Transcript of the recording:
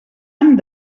amb